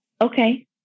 okay